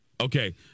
Okay